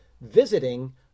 visiting